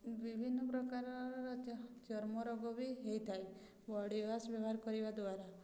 ବିଭିନ୍ନ ପ୍ରକାରର ଚର୍ମ ରୋଗ ବି ହେଇଥାଏ ବଡ଼ିୱାସ୍ ବ୍ୟବହାର କରିବା ଦ୍ୱାରା